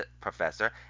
professor